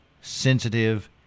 sensitive